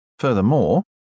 Furthermore